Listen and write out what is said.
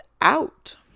out